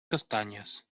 castanyes